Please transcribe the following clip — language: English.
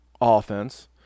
offense